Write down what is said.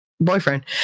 boyfriend